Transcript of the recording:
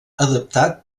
adaptat